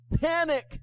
panic